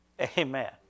Amen